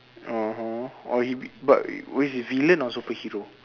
(uh huh) orh he but was a villain or super hero